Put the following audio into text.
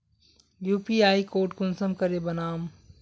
UPI code कुंसम करे बनाम?